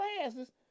classes